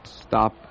stop